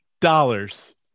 dollars